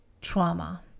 trauma